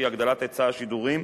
שהיא הגדלת היצע השידורים,